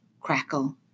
crackle